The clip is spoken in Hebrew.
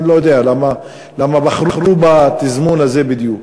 אני לא יודע למה בחרו בתזמון הזה בדיוק.